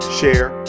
share